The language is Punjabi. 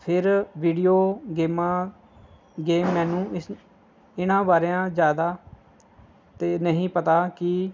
ਫੇਰ ਵੀਡੀਓ ਗੇਮਾਂ ਗੇਮ ਮੈਨੂੰ ਇਸ ਇਹਨਾਂ ਬਾਰਿਆਂ ਜ਼ਿਆਦਾ ਤਾਂ ਨਹੀਂ ਪਤਾ ਕਿ